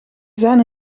zijn